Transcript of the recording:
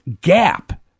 gap